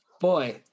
boy